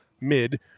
mid